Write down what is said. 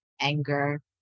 anger